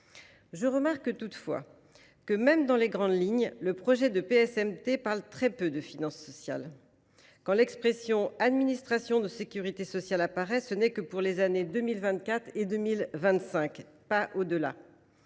Je remarque toutefois que, même dans les grandes lignes, le projet de PSMT aborde très peu le sujet des finances sociales. Quand l’expression « administrations de sécurité sociale » apparaît, ce n’est que pour les années 2024 et 2025, pas au delà.